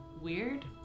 weird